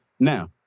Now